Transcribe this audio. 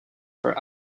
for